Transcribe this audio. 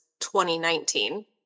2019